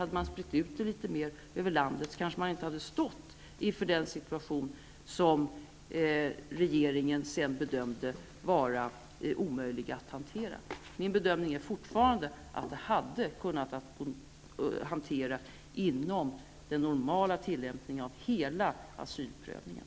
Hade man spritt ut dem litet mer över landet hade man kanske inte stått inför den situation som regeringen sedan bedömde vara omöjlig att hantera. Min bedömning är fortfarande att det hade gått att hantera inom den normala tillämpningen av hela asylprövningen.